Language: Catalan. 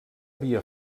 via